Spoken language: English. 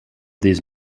these